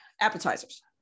appetizers